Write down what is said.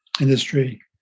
industry